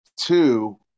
two